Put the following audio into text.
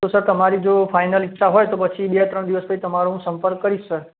તો સર તમારી જો ફાઇનલ ઈચ્છા હોય તો પછી બે ત્રણ દિવસ પછી તમારો હું સંપર્ક કરીશ સર